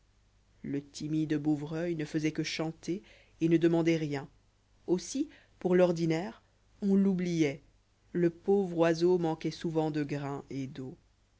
le timide bouvreuil në'faisoit quechantér et ne demandôit rien aussi pour l'ordinaire on l'oubhoit le pauvre oiseau màriquoit souvent de grain et d'eau